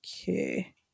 okay